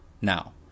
now